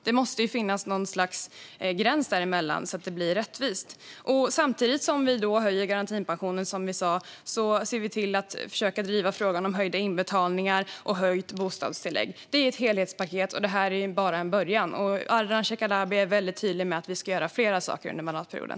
Det måste finnas något slags skillnad däremellan så att det blir rättvist. Samtidigt som vi som sagt höjer garantipensionen försöker vi driva frågan om höjda inbetalningar och höjt bostadstillägg. Det är ett helhetspaket, och detta är bara en början. Ardalan Shekarabi är väldigt tydlig med att vi ska göra flera saker under mandatperioden.